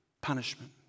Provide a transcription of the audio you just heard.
punishment